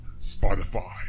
Spotify